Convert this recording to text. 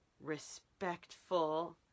respectful